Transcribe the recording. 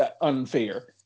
unfair